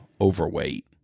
overweight